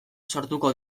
sortuko